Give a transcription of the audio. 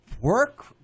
work